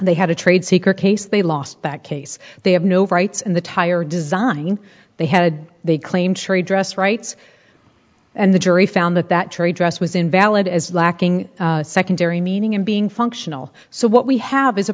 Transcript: they had a trade secret case they lost back case they have no rights in the tire design they had they claim cherry dress rights and the jury found that that tree dress was invalid as lacking a secondary meaning in being functional so what we have is a